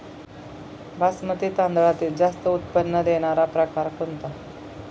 बासमती तांदळातील जास्त उत्पन्न देणारा प्रकार कोणता?